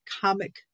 comic